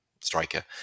striker